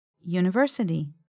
University